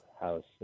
House